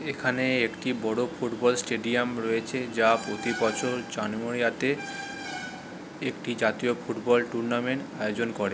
এখানে একটি বড়ো ফুটবল স্টেডিয়াম রয়েছে যা প্রতি বছর জানুয়ারিতে একটি জাতীয় ফুটবল টুর্নামেন্ট আয়োজন করে